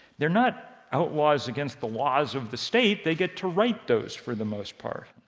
they're not outlaws against the laws of the state. they get to write those for the most part.